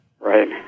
Right